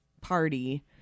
party